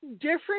Different